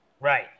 Right